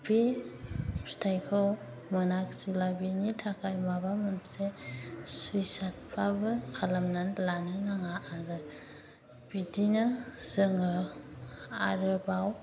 बे फिथाइखौ मोनाखैसैब्ला बिनि थाखाय माबा मोनसे सुइसायडफोराबो खालामनानै लानो नाङा बिदिनो जोङो आरोबाव